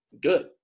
good